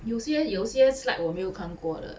有些有些 slide 我没有看过的了